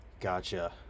gotcha